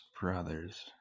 brother's